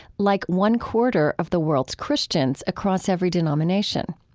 like one-quarter of the world's christians across every denomination.